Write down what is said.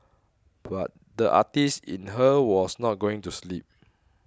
but the artist in her was not going to sleep